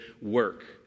work